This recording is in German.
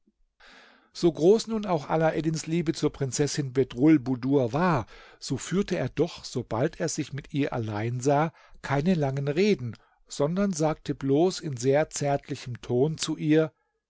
so groß nun auch alaeddins liebe zur prinzessin bedrulbudur war so führte er doch sobald er sich mit ihr allein sah keine langen reden sondern sagte bloß in sehr zärtlichem ton zu ihr